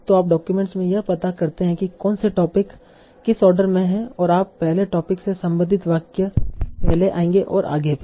तो आप डॉक्यूमेंट में यह पता करते हैं कि कौन से टोपिक किस आर्डर में हैं और आप पहले टोपिक से संबंधित वाक्य पहले आएंगे और आगे भी